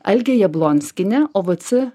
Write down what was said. algė jablonskienė ovc